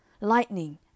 lightning